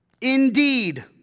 Indeed